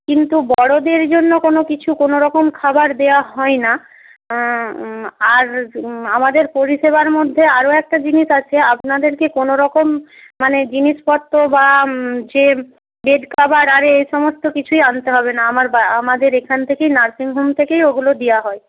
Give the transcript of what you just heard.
কিন্তু বড়োদের জন্য কোনো কিছু কোনোরকম খাবার দেওয়া হয় না আর আমাদের পরিষেবার মধ্যে আরও একটা জিনিস আছে আপনাদেরকে কোনোরকম মানে জিনিসপত্র বা যে বেড কভার আরে এ সমস্ত কিছুই আনতে হবে না আমার আমাদের এখান থেকেই নার্সিং হোম থেকেই ওগুলো দেওয়া হয়